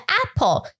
Apple